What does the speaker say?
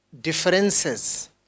differences